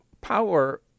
power